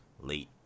late